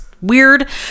weird